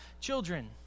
children